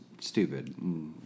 stupid